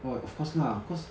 orh of course lah cause